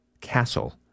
Castle